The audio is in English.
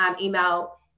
email